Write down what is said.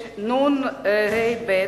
6נה(ב)